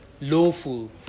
lawful